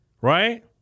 right